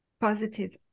positive